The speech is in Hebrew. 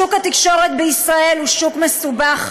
שוק התקשורת בישראל הוא שוק מסובך,